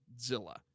zilla